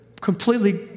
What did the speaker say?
completely